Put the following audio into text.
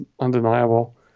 undeniable